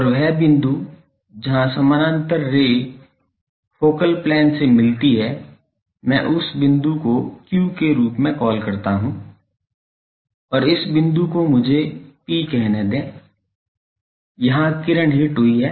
और वह बिंदु जहाँ समानांतर रे फोकल प्लेन से मिलती है मैं उस बिंदु को Q के रूप में कॉल करता हूँ और इस बिंदु को मुझे P कहने दें जहाँ किरण हिट हुई है